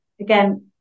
again